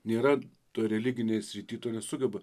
nėra toj religinėj srityj to nesugeba